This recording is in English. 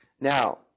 Now